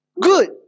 good